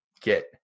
get